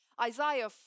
Isaiah